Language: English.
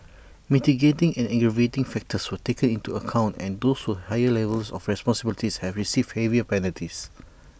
mitigating and aggravating factors were taken into account and those with higher level of responsibilities have received heavier penalties